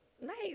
Nice